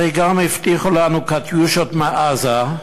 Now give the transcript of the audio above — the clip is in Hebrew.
הרי גם הבטיחו לנו "קטיושות" מעזה,